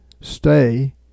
stay